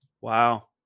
Wow